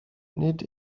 nid